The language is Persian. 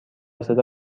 صدا